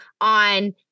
on